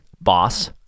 boss